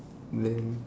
then